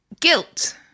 Guilt